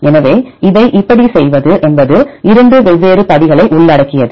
எனவே இதை எப்படி செய்வது என்பது இரண்டு வெவ்வேறு படிகளை உள்ளடக்கியது